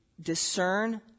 discern